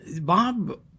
Bob